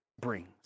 brings